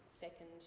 second